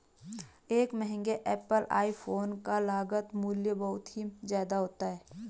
एक महंगे Apple iPhone का लागत मूल्य बहुत ही ज्यादा होता है